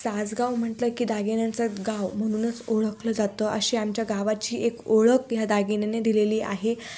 सासगाव म्हटलं की दागिन्यांचं गाव म्हणूनच ओळखलं जातं अशी आमच्या गावाची एक ओळख ह्या दागिन्याने दिलेली आहे